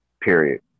Period